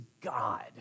god